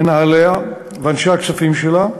מנהליה ואנשי הכספים שלה,